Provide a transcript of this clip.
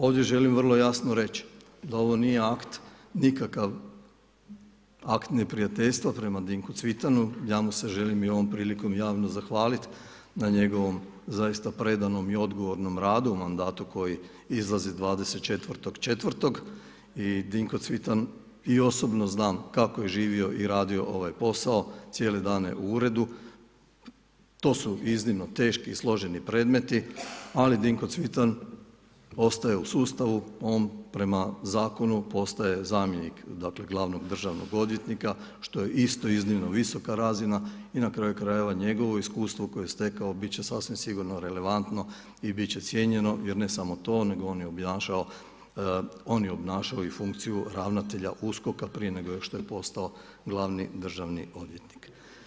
Ovdje želim vrlo jasno reći da ovo nije akt neprijateljstva prema Dinku Cvitanu, ja mu se želim i ovom prilikom javno zahvalit na njegovom zaista predanom i odgovornom radu u mandatu koji izlazi 24.4. i Dinko Cvitan i osobno znam kako je živio i radio ovaj posao, cijele dane u uredu, to su iznimno teški i složeni predmeti, ali Dinko Cvitan ostaje u sustavu, on prema zakonu postaje zamjenik glavnog državnog odvjetnika što je isto iznimno visoka razina i na kraju krajeva njegovo iskustvo koje je stekao bit će sasvim sigurno relevantno i bit će cijenjeno jer ne samo to, on je obnašao i funkciju ravnatelja USKOK-a prije nego što je postao glavni državni odvjetnik.